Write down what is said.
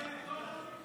נוגע לכל העולים.